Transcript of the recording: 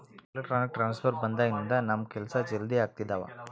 electronic transfer ಬಂದಾಗಿನಿಂದ ನಮ್ ಕೆಲ್ಸ ಜಲ್ದಿ ಆಗ್ತಿದವ